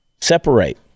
Separate